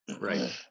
Right